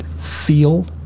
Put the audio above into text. feel